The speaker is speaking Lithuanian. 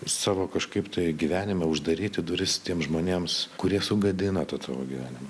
savo kažkaip tai gyvenime uždaryti duris tiems žmonėms kurie sugadina tą tavo gyvenimą